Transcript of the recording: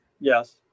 Yes